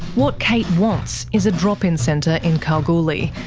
what kate wants is a drop-in centre in kalgoorlie.